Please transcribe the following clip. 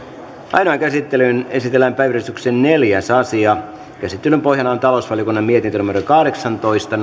ainoaan käsittelyyn esitellään päiväjärjestyksen neljäs asia käsittelyn pohjana on talousvaliokunnan mietintö kahdeksantoista